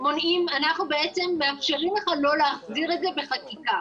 אנחנו בעצם מאפשרים לך לא להחזיר את זה בחקיקה.